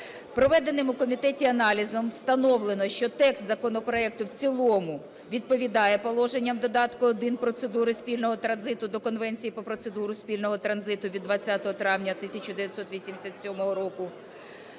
Проведеним у комітеті аналізом встановлено, що текст законопроекту в цілому відповідає положенням додатку 1 процедури спільного транзиту до Конвенції про процедуру спільного транзиту від 20 травня 1987 року.